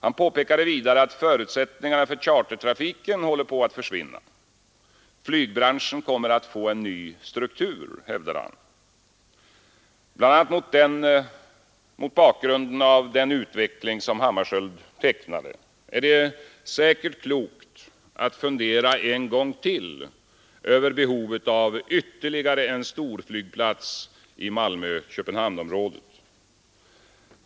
Han påpekade vidare att förutsättningarna för chartertrafiken håller på att försvinna. Flygbranschen kommer att få en helt ny struktur, hävdade han. Bl. a. mot bakgrunden av den utveckling som Hammarskjöld tecknade är det säkert klokt att fundera en gång till över behovet av ytterligare en storflygplats i Malmö—Köpenhamnsområdet.